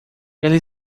ele